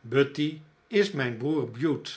buty is mijn broer bute